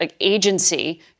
agency